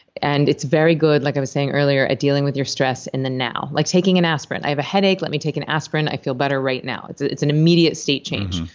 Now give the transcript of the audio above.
and it's very good, like i was saying earlier, at dealing with your stress in the now like taking an aspirin. i have a headache. let me take an aspirin. i feel better right now it's it's an immediate state change,